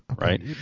right